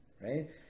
right